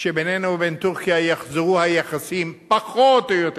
שבינינו ובין טורקיה יחזרו היחסים פחות או יותר